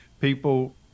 People